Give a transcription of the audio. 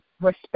respect